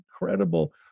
incredible